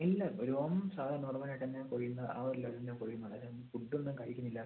ഇല്ല രോമം സാധാ നോർമൽ ആയിട്ടുതന്നെ പൊഴിയുന്ന ആ ഒരു ലെവലിൽ തന്നെ പോയിരുന്നത് അത് ഫുഡ് ഒന്നും കഴിക്കുന്നില്ല